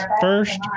first